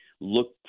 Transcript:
look